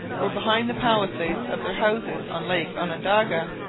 were behind the palisades of their houses on lake onondaga.